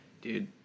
Dude